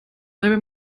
dabei